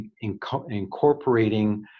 incorporating